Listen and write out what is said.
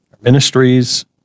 ministries